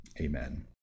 Amen